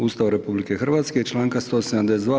Ustava RH i članka 172.